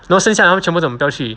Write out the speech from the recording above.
然后剩下的他们全部不要去